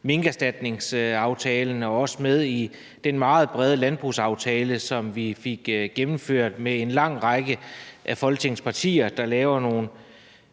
minkerstatningsaftalen og også med i den meget brede landbrugsaftale, som vi fik gennemført med en lang række af Folketingets partier, hvor man laver nogle,